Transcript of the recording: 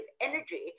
energy